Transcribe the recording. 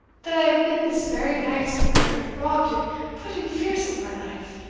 that i have been this vary nights murdered, robbed, and put in fears of my life.